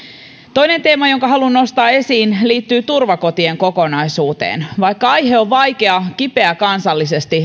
toinen teema jonka haluan nostaa esiin liittyy turvakotien kokonaisuuteen vaikka ai he on vaikea kipeä kansallisesti